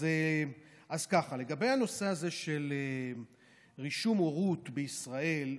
לגבי הנושא של רישום הורות בישראל,